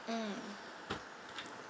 mm